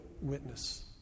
witness